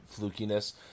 flukiness